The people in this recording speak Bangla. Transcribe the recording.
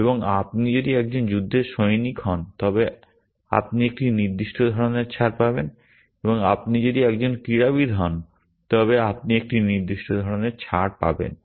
এবং আপনি যদি একজন যুদ্ধের সৈনিক হন তবে আপনি একটি নির্দিষ্ট ধরণের ছাড় পাবেন এবং আপনি যদি একজন ক্রীড়াবিদ হন তবে আপনি একটি নির্দিষ্ট ধরণের ছাড় পাবেন